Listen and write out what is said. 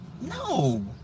No